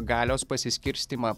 galios pasiskirstymą